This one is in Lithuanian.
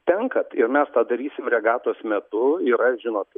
tenka ir mes tą darysim regatos metu yra žinot